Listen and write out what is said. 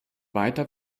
weiter